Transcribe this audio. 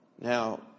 Now